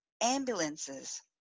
ambulances